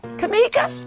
kameeka,